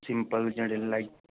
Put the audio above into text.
simple ਜਾਂ